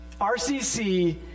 RCC